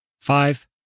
Five